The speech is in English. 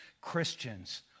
Christians